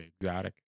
exotic